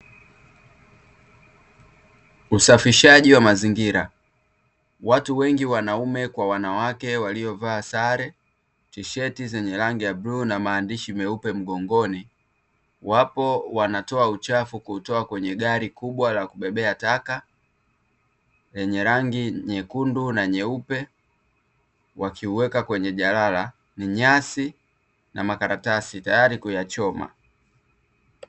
Usafishaji wa mazingira. Watu wengi (wanaume kwa wanawake) waliovaa sare tisheti zenye rangi ya bluu na maandishi meupe mgongoni, wapo wanatoa uchafu kutoka kwenye gari kubwa la kubebea taka lenye rangi nyekundu na nyeupe wakiuweka kwenye jalala; ni nyasi na makaratasi, tayari kuyachoma.